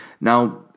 now